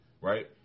Right